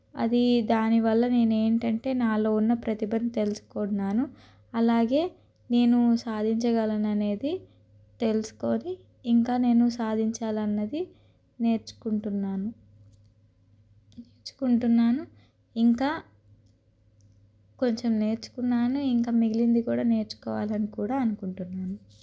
అది దానివల్ల నేను ఏంటంటే నాలో ఉన్న ప్రతిభను తెలుసుకొన్నాను అలాగే నేను సాధించగలననేది తెలుసుకొని ఇంకా నేను సాధించాలన్నది నేర్చుకుంటున్నాను నేర్చుకుంటున్నాను ఇంకా కొంచెం నేర్చుకున్నాను ఇంకా మిగిలింది కూడా నేర్చుకోవాలి అని కూడా అనుకుంటున్నాను